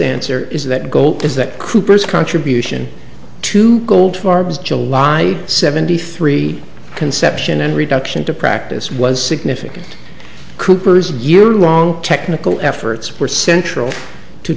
answer is that gold is that cooper's contribution to goldfarb's july seventy three conception and reduction to practice was significant cooper's year long technical efforts were central to